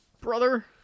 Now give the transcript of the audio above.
Brother